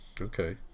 Okay